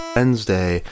Wednesday